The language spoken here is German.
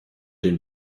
den